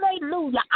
hallelujah